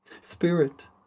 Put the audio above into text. Spirit